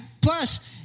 plus